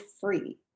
free